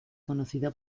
conocida